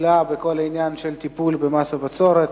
הנפלאה שעשיתם בכל הטיפול במס הבצורת,